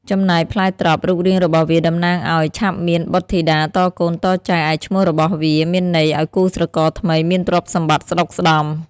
ចំណែកផ្លែត្រប់ រូបរាងរបស់វាតំណាងឲ្យឆាប់មានបុត្រធីតាតកូនតចៅ ឯឈ្មោះរបស់មានន័យឲ្យគូស្រករថ្មីមានទ្រព្យសម្បត្តិស្ដុកស្ដម្ភ។